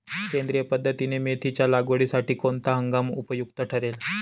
सेंद्रिय पद्धतीने मेथीच्या लागवडीसाठी कोणता हंगाम उपयुक्त ठरेल?